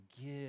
give